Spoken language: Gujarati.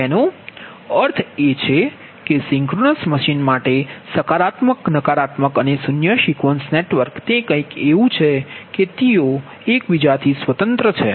તેનો અર્થ એ છે કે સિંક્રનસ મશીન માટે સકારાત્મક નકારાત્મક અને શૂન્ય સિક્વન્સ નેટવર્ક તે કંઈક એવું છે કે તેઓ એકબીજાથી સ્વતંત્ર છે